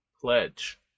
pledge